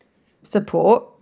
support